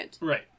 Right